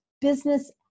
business